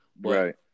Right